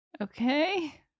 Okay